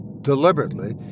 deliberately